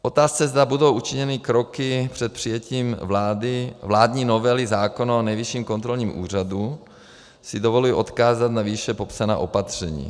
K otázce, zda budou učiněny kroky před přijetím vládní novely zákona o Nejvyšším kontrolních úřadu, si dovoluji odkázat na výše popsaná opatření.